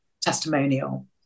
testimonial